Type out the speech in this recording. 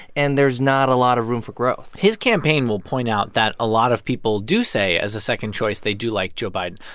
and there's not a lot of room for growth? his campaign will point out that a lot of people do say as a second choice they do like joe biden.